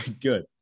good